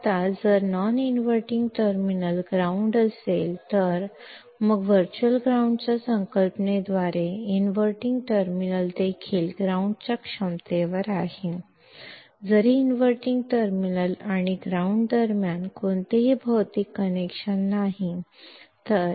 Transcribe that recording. ಆದ್ದರಿಂದ ಈಗ non inverting terminal ground ಆದಾಗ ವರ್ಚುವಲ್ ಗ್ರೌಂಡ್ ಪರಿಕಲ್ಪನೆಯಿಂದ ಇನ್ವರ್ಟಿಂಗ್ ಟರ್ಮಿನಲ್ ಸಹ ಗ್ರೌಂಡ್ ಸಾಮರ್ಥ್ಯದಲ್ಲಿದೆ ಇನ್ವರ್ಟಿಂಗ್ ಟರ್ಮಿನಲ್ ಮತ್ತು ಗ್ರೌಂಡ್ ನಡುವೆ ಯಾವುದೇ ಭೌತಿಕ ಸಂಪರ್ಕವಿಲ್ಲ